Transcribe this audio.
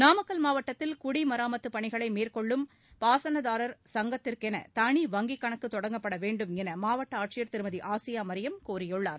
நாமக்கல் மாவட்டத்தில் குடிமராமத்துப் பணிகளை மேற்கொள்ளும் பாசனதாரர் சங்கத்திற்கென தனி வங்கிக் கணக்கு தொடங்கப்பட வேண்டும் என மாவட்ட ஆட்சியர் திருமதி ஆசியா மரியம் கூறியுள்ளார்